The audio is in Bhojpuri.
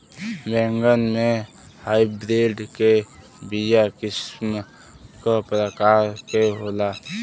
बैगन के हाइब्रिड के बीया किस्म क प्रकार के होला?